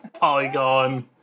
polygon